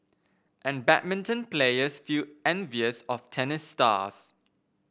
and badminton players feel envious of tennis stars